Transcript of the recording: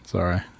Sorry